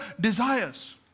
desires